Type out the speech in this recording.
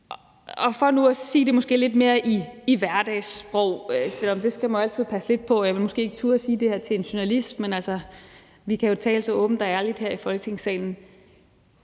os. For nu at sige det lidt mere i hverdagssprog – selv om man jo altid skal passe lidt på med det, og jeg ville måske ikke turde sige det her til en journalist, men vi kan jo tale åbent og ærligt her i Folketingssalen